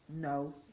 No